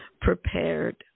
prepared